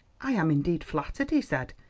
i am indeed flattered, he said.